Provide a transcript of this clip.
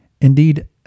Indeed